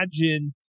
imagine